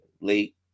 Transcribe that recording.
late